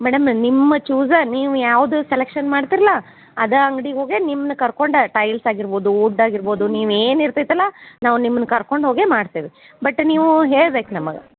madam ನಿಮ್ಮ ಚೂಸ ನೀವು ಯಾವುದು ಸೆಲೆಕ್ಷನ್ ಮಾಡ್ತಿರಲ್ಲ ಅದು ಅಂಗಡಿಗೋಗೆ ನಿಮ್ನ ಕರ್ಕೊಂಡು ಟೈಲ್ಸ್ ಆಗಿರ್ಬೋದು ವುಡ್ ಆಗಿರ್ಬೋದು ನೀವು ಏನು ಇರ್ತೈತಲ್ಲ ನಾವು ನಿಮ್ಮನ್ನ ಕರ್ಕೊಂಡು ಹೋಗೆ ಮಾಡ್ತೀವಿ ಬಟ್ ನೀವು ಹೇಳ್ಬೇಕು ನಮಗೆ